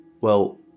Well